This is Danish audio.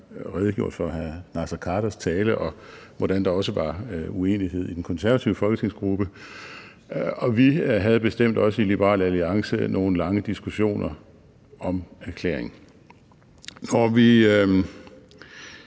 redegjort for hr. Naser Khaders tale, og hvordan der også var uenighed i den konservative folketingsgruppe, og vi havde bestemt også i Liberal Alliance nogle lange diskussioner om erklæringen. Når vi